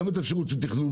גם את האפשרות של תכנון,